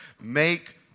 make